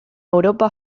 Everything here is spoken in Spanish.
europa